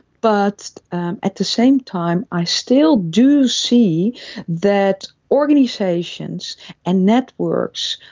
but at the same time i still do see that organisations and networks,